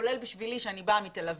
כולל בשבילי שאני באה מתל אביב.